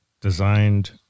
designed